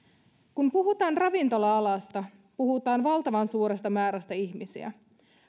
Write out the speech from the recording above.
kun puhutaan ravintola alasta puhutaan valtavan suuresta määrästä ihmisiä